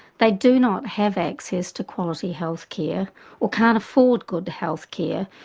they do not have access to quality healthcare or can't afford good healthcare,